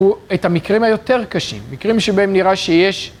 הוא את המקרים היותר קשים, מקרים שבהם נראה שיש.